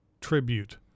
tribute